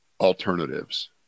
alternatives